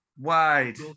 wide